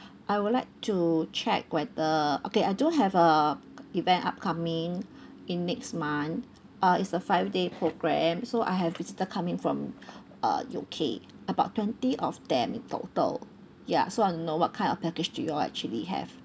I would like to check whether okay I do have a event upcoming in next month uh it's a five day program so I have visitor coming from uh U_K about twenty of them total ya so I know what kind of package do you all actually have